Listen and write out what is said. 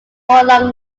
along